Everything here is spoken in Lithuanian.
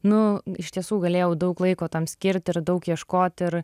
nu iš tiesų galėjau daug laiko tam skirt ir daug ieškot ir